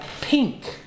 pink